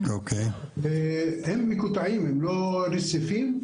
הם מקוטעים, הם לא רציפים.